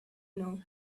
know